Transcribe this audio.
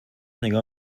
نگاه